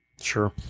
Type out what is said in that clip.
Sure